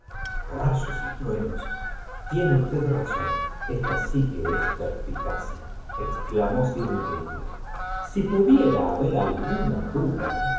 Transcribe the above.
bayos y truenos i tiene usted razón esta que es perspicacia exclamó sir enrique si pudiera haber alguna duda